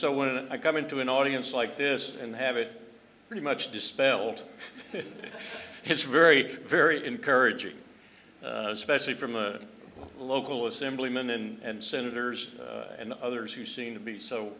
so when i come into an audience like this and have it pretty much dispelled it's very very encouraging especially from a local assemblymen and senators and others who seem to be so